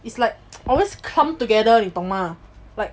it's like always come together 你懂吗 like